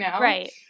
Right